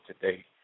today